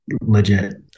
legit